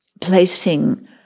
placing